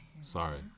Sorry